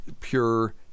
pure